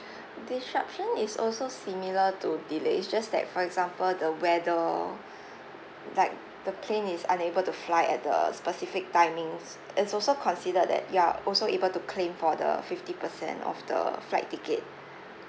this option is also similar to delay it's just that for example the weather like the plane is unable to fly at the specific timings it's also considered that you are also able to claim for the fifty percent of the flight ticket